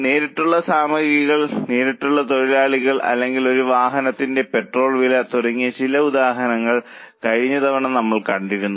നേരിട്ടുള്ള സാമഗ്രികൾ നേരിട്ടുള്ള തൊഴിലാളികൾ അല്ലെങ്കിൽ ഒരു വാഹനത്തിനുള്ള പെട്രോൾ വില തുടങ്ങിയ ചില ഉദാഹരണങ്ങൾ കഴിഞ്ഞ തവണ നമ്മൾ കണ്ടിരുന്നു